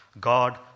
God